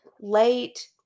late